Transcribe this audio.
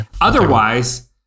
otherwise